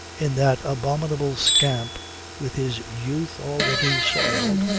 in that abominable scamp with his youth already soiled,